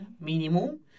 minimum